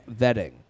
vetting